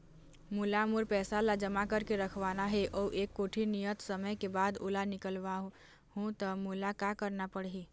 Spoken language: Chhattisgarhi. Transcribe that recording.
मोला मोर पैसा ला जमा करके रखवाना हे अऊ एक कोठी नियत समय के बाद ओला निकलवा हु ता मोला का करना पड़ही?